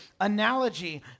analogy